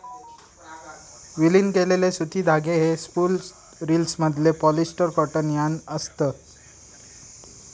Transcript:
विलीन केलेले सुती धागे हे स्पूल रिल्समधले पॉलिस्टर कॉटन यार्न असत